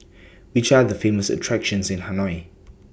Which Are The Famous attractions in Hanoi